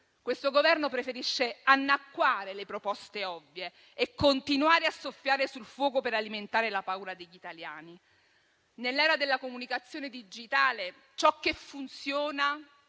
Questo Governo preferisce annacquare le proposte ovvie e continuare a soffiare sul fuoco per alimentare la paura degli italiani. Nell'era della comunicazione digitale, ciò che funziona